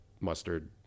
mustard